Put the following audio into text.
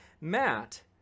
Matt